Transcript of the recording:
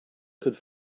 could